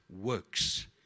works